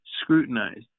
scrutinized